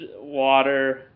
water